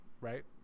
right